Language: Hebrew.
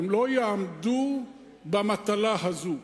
והם לא יעמדו במטלה הזאת.